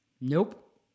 Nope